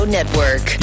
Network